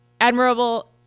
admirable